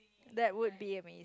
that would be a me